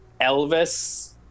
Elvis